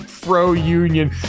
pro-union